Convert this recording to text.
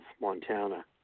Montana